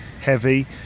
heavy